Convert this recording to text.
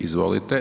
Izvolite.